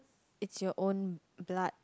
it's your own blood